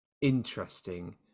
interesting